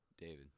David